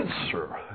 answer